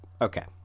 Okay